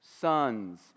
sons